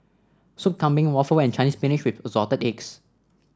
Soup Kambing Waffle and Chinese Spinach with Assorted Eggs